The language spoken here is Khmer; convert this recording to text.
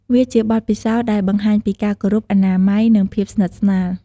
វាជាបទពិសោធន៍ដែលបង្ហាញពីការគោរព អនាម័យ និងភាពស្និទ្ធស្នាល។